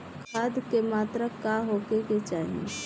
खाध के मात्रा का होखे के चाही?